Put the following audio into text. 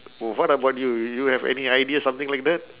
wh~ what about you you have any idea something like that